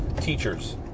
Teachers